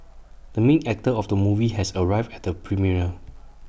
the main actor of the movie has arrived at the premiere